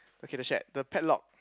okay the shed the padlock